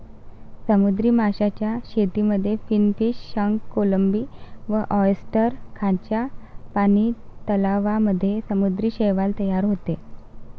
समुद्री माशांच्या शेतीमध्ये फिनफिश, शंख, कोळंबी व ऑयस्टर, खाऱ्या पानी तलावांमध्ये समुद्री शैवाल तयार होते